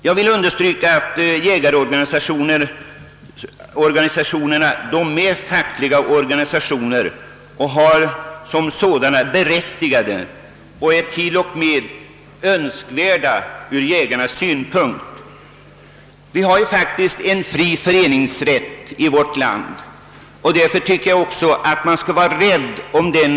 Jag vill understryka att jägarorganisationerna är fackliga organisationer, som därmed har sitt berät tigande och är önskvärda ur jägarnas synpunkt. Vi har en fri föreningsrätt i vårt land, och jag tycker att vi skall vara rädda om den.